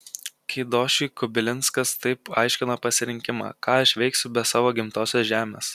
keidošiui kubilinskas taip aiškino pasirinkimą ką aš veiksiu be savo gimtosios žemės